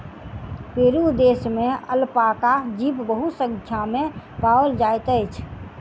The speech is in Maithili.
पेरू देश में अलपाका जीव बहुसंख्या में पाओल जाइत अछि